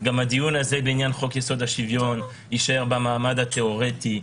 גם הדיון הזה בעניין חוק-יסוד: השוויון יישאר במעמד התיאורטי.